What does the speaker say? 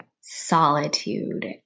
solitude